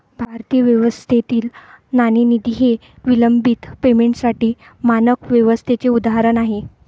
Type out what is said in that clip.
भारतीय अर्थव्यवस्थेतील नाणेनिधी हे विलंबित पेमेंटसाठी मानक व्यवस्थेचे उदाहरण आहे